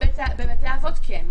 בבתי אבות כן.